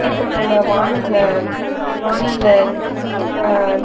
இப்போ நம்ம வாணலில் வாணலில்